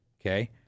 Okay